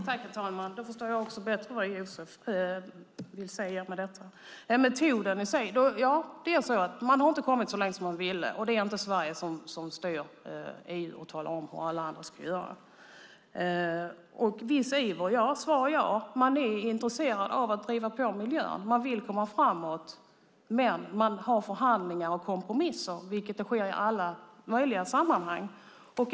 Herr talman! Då förstår jag bättre vad Josef vill säga med detta. Metoden i sig: Ja, det är så att man inte kommit så långt som man ville. Det är inte Sverige som styr EU och talar om hur alla andra ska göra. Viss iver: Ja, man är intresserad av att driva på i miljöhänseende. Man vill komma framåt. Men man har förhandlingar och kompromisser, precis som i alla möjliga sammanhang.